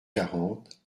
quarante